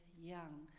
young